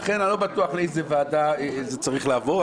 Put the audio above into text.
לכן אני לא בטוח לאיזה ועדה זה צריך לעבור,